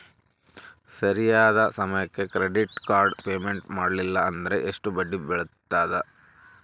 ಸರಿಯಾದ ಸಮಯಕ್ಕೆ credit card payment ಮಾಡಲಿಲ್ಲ ಅಂದ್ರೆ ಎಷ್ಟು ಬಡ್ಡಿ ಬೇಳ್ತದ?